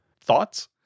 Thoughts